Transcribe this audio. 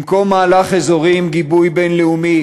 במקום מהלך אזורי בגיבוי בין-לאומי